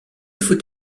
faut